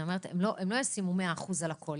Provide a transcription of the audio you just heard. אני אומרת: הם לא ישימו 100 אחוז על הכל.